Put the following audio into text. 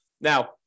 Now